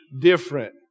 different